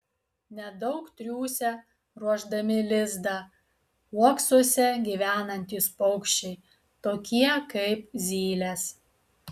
nedaug triūsia ruošdami lizdą uoksuose gyvenantys paukščiai tokie kaip zylės